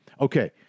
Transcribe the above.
Okay